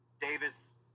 Davis